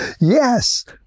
Yes